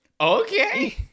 Okay